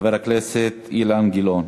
חבר הכנסת אילן גילאון,